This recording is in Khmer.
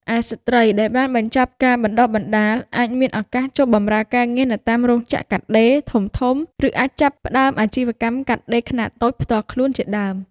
ឯ ស្ត្រីដែលបានបញ្ចប់ការបណ្តុះបណ្តាលអាចមានឱកាសចូលបម្រើការងារនៅតាមរោងចក្រកាត់ដេរធំៗ ឬអាចចាប់ផ្តើមអាជីវកម្មកាត់ដេរខ្នាតតូចផ្ទាល់ខ្លួនជាដើម។